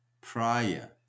prior